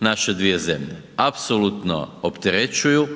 naše dvije zemlje. Apsolutno opterećuju